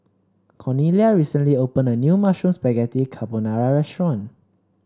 Cornelia recently opened a new Mushroom Spaghetti Carbonara Restaurant